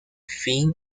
fin